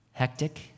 hectic